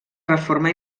reforma